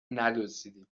ندزدیدیم